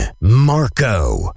Marco